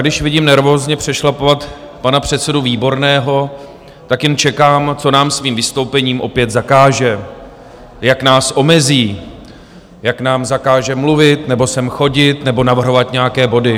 Když vidím nervózně přešlapovat pana předsedu Výborného, tak jen čekám, co nám svým vystoupením opět zakáže, jak nás omezí, jak nám zakáže mluvit nebo sem chodit nebo navrhovat nějaké body.